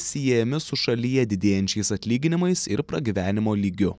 siejami su šalyje didėjančiais atlyginimais ir pragyvenimo lygiu